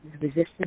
resistance